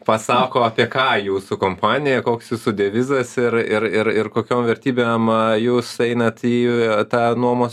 pasako apie ką jūsų kompanija koks jūsų devizas ir ir ir ir kokio vertybių ema jūs einat į tą nuomos